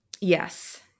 Yes